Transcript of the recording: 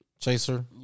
Chaser